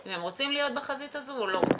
אם הם רוצים להיות בחזית הזאת או לא.